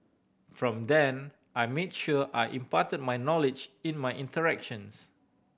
from then I made sure I imparted my knowledge in my interactions